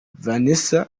vanessa